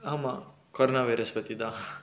ஆமா:aamaa corona virus பத்திதா:pathithaa